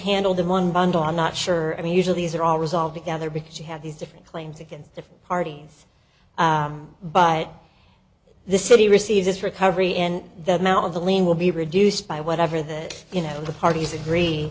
handled in one bundle i'm not sure i mean usually these are all resolved together because she had these different claims against the parties but the city receives this recovery and the amount of the lien will be reduced by whatever that you know the parties agree